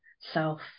self